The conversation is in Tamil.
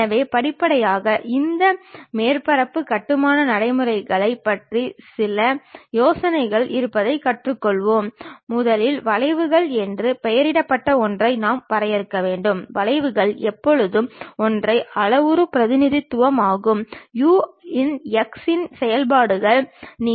எனவே பல தோற்ற எறிய வரைபடங்களை எப்போதுமே நாம் பார்க்கும் பொருளை ஒரு தாளில் வெவ்வேறு தோற்றங்களில் காட்சிப்படுத்துவதற்கு சிறிது உள்ளீடு தேவைப்படுகிறது